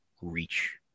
reach